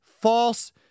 false